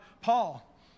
Paul